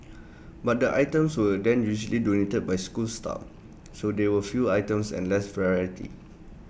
but the items were then usually donated by school staff so there were few items and less variety